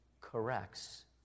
corrects